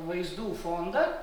vaizdų fondą